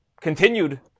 continued